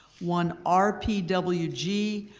one r p w g,